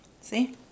See